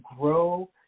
grow